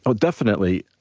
ah definitely.